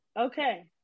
okay